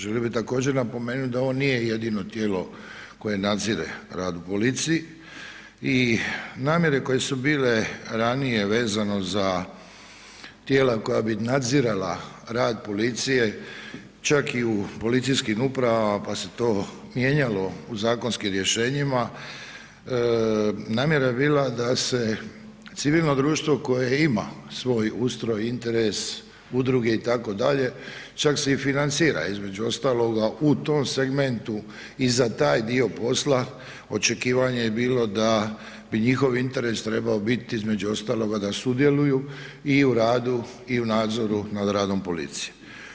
Želio bih također napomenuti da ovo nije jedino tijelo koje nadzire rad u policiji i namjere koje su bile vezano za tijela koja bi nadzirala rad policije čak i u policijskim upravama pa se to mijenjalo u zakonskim rješenjima, namjera je bila da se civilno društvo koje ima svoj ustroj, interes, udruge itd., čak se i financira između ostaloga u tom segmentu i za taj dio posla očekivanje je bilo da bi njihov interes trebao biti između ostaloga da sudjeluju i u radu i u nadzoru nad radom policije.